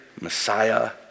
Messiah